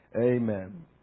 Amen